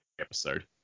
episode